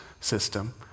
system